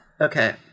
Okay